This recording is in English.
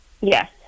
Yes